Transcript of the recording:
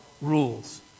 rules